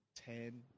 ten